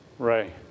Ray